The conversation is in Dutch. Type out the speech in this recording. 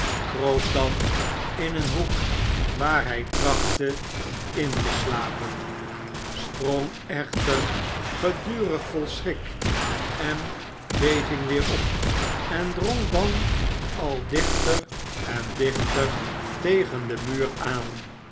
kroop dan in een hoek waar hij trachtte in te slapen sprong echter gedurig vol schrik en beving weer op en drong dan al dichter en dichter tegen den muur aan